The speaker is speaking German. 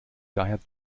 daher